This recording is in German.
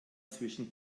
zwischen